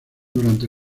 durante